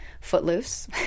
Footloose